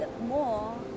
more